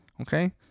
Okay